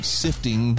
sifting